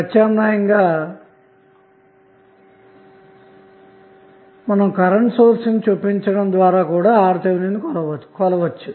ప్రత్యామ్నాయంగా current source ని చొప్పించడం ద్వారా కూడా RTh ను కొలవవచ్చు